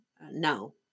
no